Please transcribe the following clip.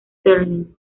sterling